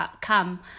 come